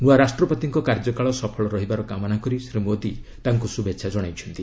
ନୂଆ ରାଷ୍ଟ୍ରପତିଙ୍କ କାର୍ଯ୍ୟକାଳ ସଫଳ ରହିବାର କାମନା କରି ଶ୍ରୀ ମୋଦି ତାଙ୍କୁ ଶୁଭେଛା କଣାଇଛନ୍ତି